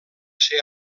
ser